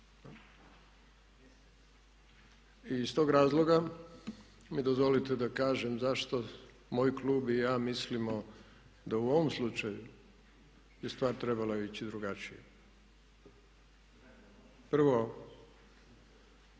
I iz tog razloga mi dozvolite da kažem zašto moj klub i ja mislimo da u ovom slučaju je stvar trebala ići drugačije. Prvo,